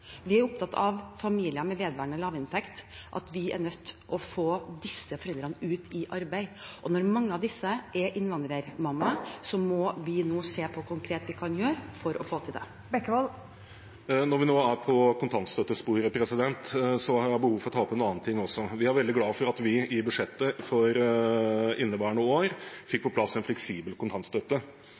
Vi er opptatt av familier med vedvarende lavinntekt, at vi er nødt til å få disse foreldrene ut i arbeid. Og når mange av disse er innvandrermammaer, må vi nå se på hva vi konkret kan gjøre for å få til det. Det blir oppfølgingsspørsmål – først Geir Jørgen Bekkevold. Når vi nå er på kontantstøttesporet, har jeg behov for å ta opp en annen ting også. Vi var veldig glad for at vi i budsjettet for inneværende år fikk på plass en fleksibel kontantstøtte.